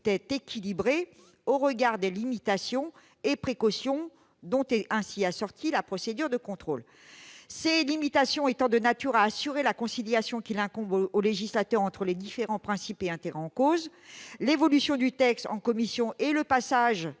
équilibrées au regard des limitations et précautions dont est assortie la procédure de contrôle, ces limitations étant de nature à assurer la conciliation qu'il incombe au législateur de garantir entre les différents principes et intérêts en cause. L'évolution du texte en commission, le taux de